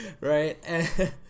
right